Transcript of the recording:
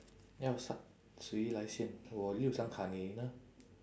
要 start 谁来先我六张卡你呢